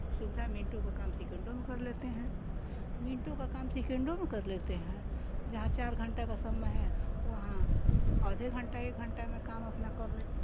सुविधा मिनटों का काम सेकंडों में कर लेते हैं मिनटों का काम सेकंडों में कर लेते हैं जहाँ चार घंटे का समय है वहाँ आधे घंटा एक घंटा में काम अपना कर लेते हैं